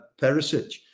Perisic